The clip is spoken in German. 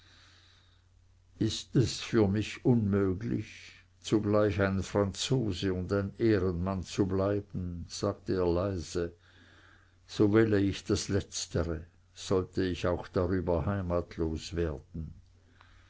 ist es für mich unmöglich zugleich ein franzose und ein ehrenmann zu bleiben sagte er leise so wähle ich das letztere sollte ich auch darüber heimatlos werden